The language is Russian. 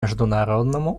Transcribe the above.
международному